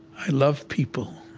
i love people.